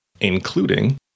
Including